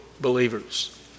believers